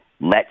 let